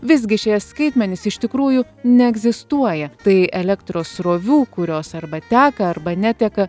visgi šie skaitmenys iš tikrųjų neegzistuoja tai elektros srovių kurios arba teka arba neteka